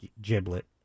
giblet